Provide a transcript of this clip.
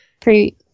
pre